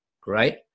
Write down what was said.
great